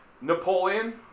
Napoleon